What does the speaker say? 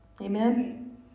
Amen